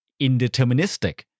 indeterministic